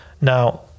now